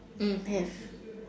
have